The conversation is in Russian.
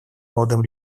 молодым